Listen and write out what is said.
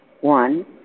one